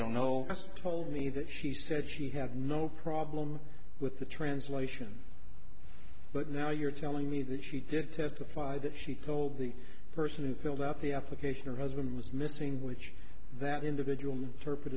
don't know just told me that she said she had no problem with the translation but now you're telling me that she did testify that she told the person who filled out the application her husband was missing which that individual